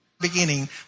Beginning